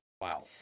Wow